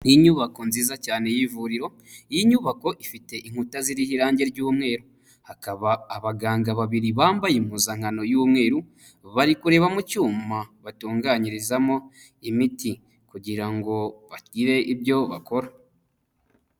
Ni inyubako nziza cyane y'ivuriro, iyi nyubako ifite inkuta ziriho irangi ry'umweru, hakaba abaganga babiri bambaye impuzankano y'umweru, bari kureba mu cyuma batunganyirizamo imiti kugira ngo bagire ibyo bakora.